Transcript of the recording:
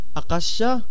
akasha